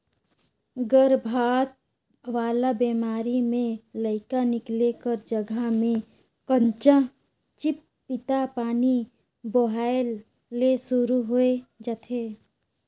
गरभपात वाला बेमारी में लइका निकले कर जघा में कंचा चिपपिता पानी बोहाए ले सुरु होय जाथे